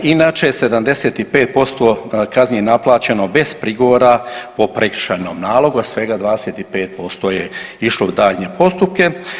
Inače 75% kazni je naplaćeno bez prigovora po prekršajnom nalogu, a svega 25% je išlo u daljnje postupke.